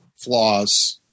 flaws